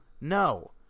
no